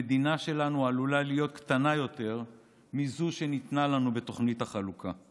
המדינה שלנו עלולה להיות קטנה יותר מזו שניתנה לנו בתוכנית החלוקה.